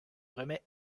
remet